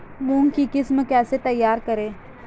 मूंग की किस्म कैसे तैयार करें?